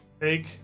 Take